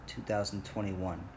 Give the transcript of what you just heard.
2021